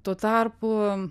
tuo tarpu